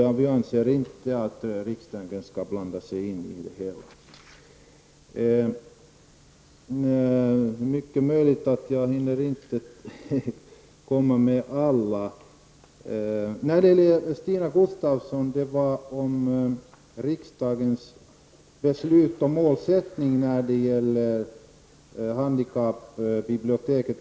Vi anser inte att riksdagen skall blanda sig i detta. Det är mycket möjligt att jag inte hinner ta upp alla frågor. Stina Gustavsson nämnde också riksdagens beslut och målsättning när det gäller handikappbiblioteket.